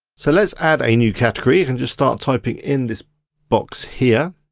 so let's add a new category, and just start typing in this box here.